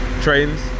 trains